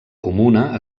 comuna